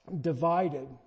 divided